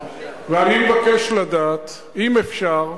ואני מבקש לדעת, אם אפשר,